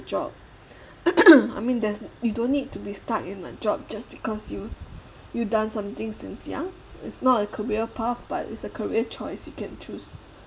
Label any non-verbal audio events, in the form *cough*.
job *noise* I mean there's you don't need to be stuck in a job just because you you've done something since young it's not a career path but it's a career choice you can choose